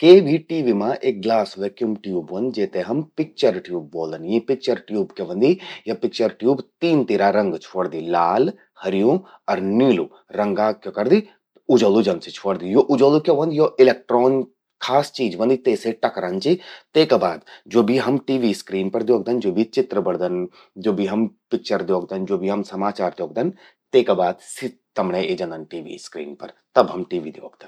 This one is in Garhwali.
के भी टीवी मां एक ग्लास वैक्यूम ट्यूब ह्वोंदि, जेते हम पिक्चर ट्यूब ब्वोलदन। यीं पिक्चर ट्यूब क्या ह्वोदि, पिक्चर ट्यूब तीन तिरा रंग छ्वोड़दि। लाल, हर्यूं अर नीलू रंगा क्या करदि, उजलु जन सि छ्वोड़दि। उजलु क्या ह्वंद यो इलेक्ट्रॉन खास चीज ह्वंदि, तेसे टकरंद चि। तेका बाद ज्वो भी हम टीवी स्क्रीन पर द्योखन, ज्वो भी चित्र बणदन, ज्वो भी हम पिक्चर द्योखदन, ज्वो भी हम समाचार द्योखन, तेका बाद सि तमण्यें ए जंदन टीवी स्क्रीन पर, तब हम टीवी द्योखदन।